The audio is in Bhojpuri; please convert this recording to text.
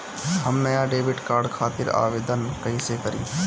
हम नया डेबिट कार्ड खातिर आवेदन कईसे करी?